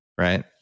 right